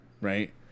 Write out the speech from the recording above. right